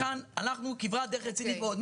כאן הלכנו כברת דרך רצינית מאוד.